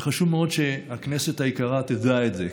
וחשוב מאוד שהכנסת היקרה תדע את זה,